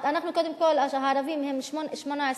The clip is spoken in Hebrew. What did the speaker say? קודם כול, הערבים הם 18%,